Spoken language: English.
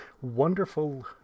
wonderful